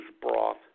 broth